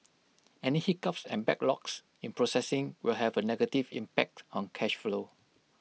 any hiccups and backlogs in processing will have A negative impact on cash flow